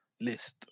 list